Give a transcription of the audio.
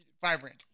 Vibrant